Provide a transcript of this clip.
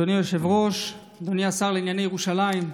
אדוני היושב-ראש, אדוני השר לענייני ירושלים,